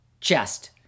chest